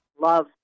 love